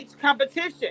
competition